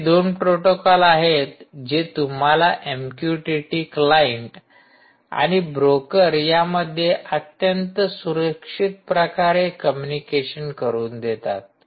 हे दोन प्रोटोकॉल आहेत जे तुम्हाला एमक्यूटीटी क्लाइंट आणि ब्रोकर यांमध्ये अत्यंत सुरक्षित प्रकारे कम्युनिकेशन करून देतात